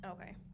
Okay